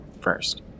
first